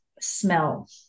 smell